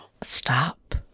Stop